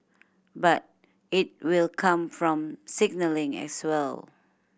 but it will come from signalling as well